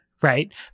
right